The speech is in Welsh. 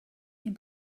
neu